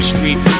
Street